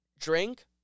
drink